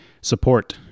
Support